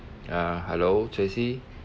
uh hello jessy